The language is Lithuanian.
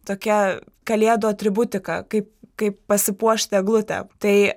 tokia kalėdų atributika kai kaip pasipuošti eglutę tai